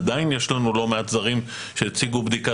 עדיין יש לנו לא מעט זרים שהציגו בדיקה